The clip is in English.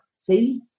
see